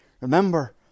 Remember